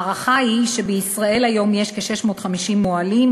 ההערכה היא שבישראל יש כיום כ-650 מוהלים,